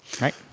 Right